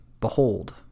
Behold